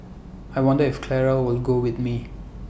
I wonder if Clara will go with me